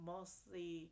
Mostly